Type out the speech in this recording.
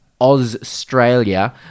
Australia